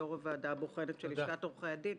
יו"ר הוועדה הבוחנת של לשכת עורכי הדין,